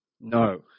No